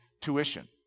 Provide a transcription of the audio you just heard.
tuition